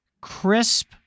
crisp